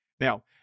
Now